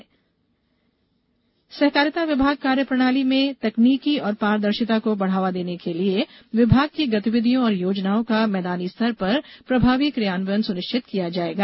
सहकारिता मंत्री सहकारिता विभाग कार्यप्रणाली में तकनीकी और पारदर्शिता को बढ़ावा देने के लिये विभाग की गतिविधियों और योजनाओं का मैदानी स्तर पर प्रभावी कियान्वयन सुनिश्चित किया जाएगा